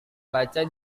baca